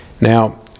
now